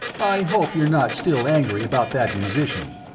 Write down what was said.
i hope you're not still angry about that musician.